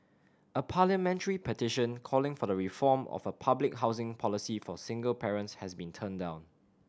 a parliamentary petition calling for the reform of the public housing policy for single parents has been turned down